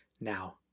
Now